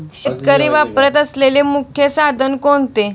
शेतकरी वापरत असलेले मुख्य साधन कोणते?